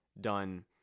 done